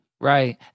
Right